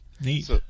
Neat